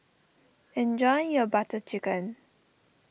enjoy your Butter Chicken